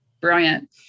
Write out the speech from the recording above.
Brilliant